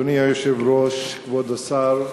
אדוני היושב-ראש, כבוד השר,